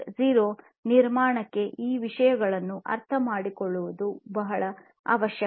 0 ನಿರ್ಮಾಣಕ್ಕೆ ಈ ವಿಷಯಗಳನ್ನು ಅರ್ಥಮಾಡಿಕೊಳ್ಳುವುದು ಬಹಳ ಅವಶ್ಯಕ